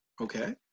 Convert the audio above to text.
Okay